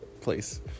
place